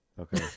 Okay